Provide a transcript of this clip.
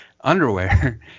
underwear